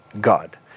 God